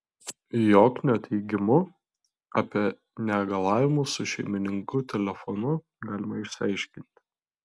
joknio teigimu apie negalavimus su šeimininku telefonu galima išsiaiškinti